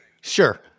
Sure